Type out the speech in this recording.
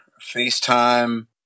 FaceTime